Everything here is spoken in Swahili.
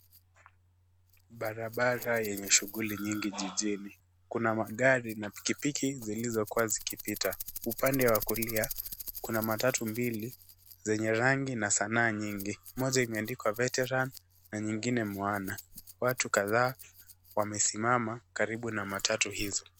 Barabara yenye shughuli nyingi jijini. Kuna magari na pikipiki zilizokuwa zikipita. Upande wa kulia, kuna matatu mbili zenye rangi na sanaa nyingi, moja imeandikwa Veteran na nyingine Moana. Watu kadhaa wamesimama karibu na matatu hizi.